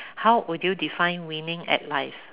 how would do you define winning at life